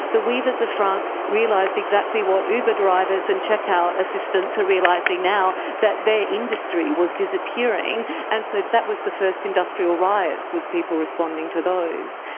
the weavers of france realised exactly what uber drivers and checkout assistants are realising now, that their industry was disappearing. and so that was the first industrial riots, was people responding to those.